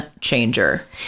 changer